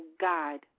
God